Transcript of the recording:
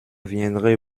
viendrez